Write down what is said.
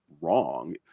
wrong